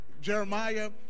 Jeremiah